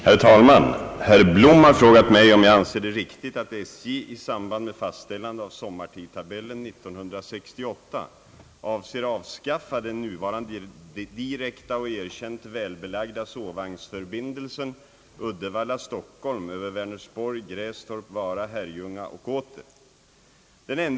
Herr talman! Herr Blom har frågat mig om jag anser det riktigt att SJ — i samband med fastställande av sommartidtabellen 1968 — avser avskaffa den nuvarande direkta och erkänt välbelagda sovvagnsförbindelsen Uddevalla— Stockholm över Vänersborg—Grästorp —Vara— Herrljunga och åter.